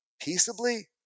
peaceably